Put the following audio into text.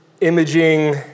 imaging